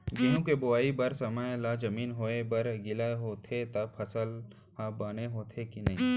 गेहूँ के बोआई बर समय ला जमीन होये बर गिला होथे त फसल ह बने होथे की नही?